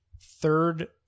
third